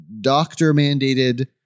doctor-mandated